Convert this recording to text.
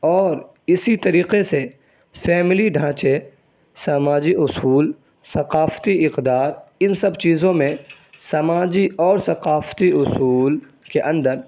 اور اسی طریقے سے فیملی ڈھانچے سماجی اصول ثقافتی اقدار ان سب چیزوں میں سماجی اور ثقافتی اصول کے اندر